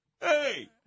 Hey